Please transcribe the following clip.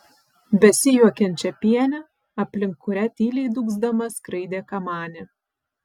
besijuokiančią pienę aplink kurią tyliai dūgzdama skraidė kamanė